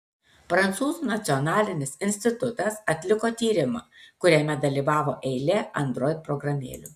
prancūzų nacionalinis institutas atliko tyrimą kuriame dalyvavo eilė android programėlių